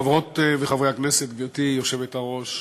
גברתי היושבת-ראש,